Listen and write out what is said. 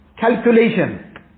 calculation